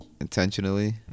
intentionally